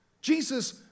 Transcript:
Jesus